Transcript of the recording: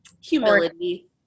Humility